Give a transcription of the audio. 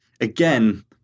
again